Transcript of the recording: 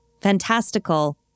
Fantastical